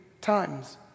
times